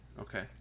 okay